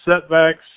setbacks